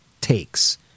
takes